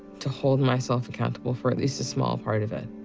to hold myself accountable for at least a small part of it.